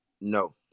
No